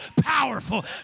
powerful